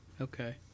Okay